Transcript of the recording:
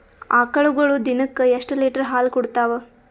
ಆಕಳುಗೊಳು ದಿನಕ್ಕ ಎಷ್ಟ ಲೀಟರ್ ಹಾಲ ಕುಡತಾವ?